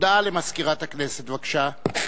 הודעה למזכירת הכנסת, בבקשה.